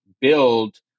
build